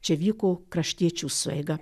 čia vyko kraštiečių sueiga